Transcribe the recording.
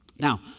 Now